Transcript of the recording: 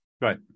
Right